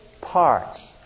parts